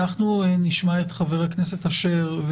אנחנו נשמע את חבר הכנסת אשר.